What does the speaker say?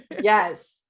Yes